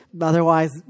otherwise